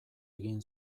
egin